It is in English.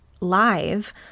live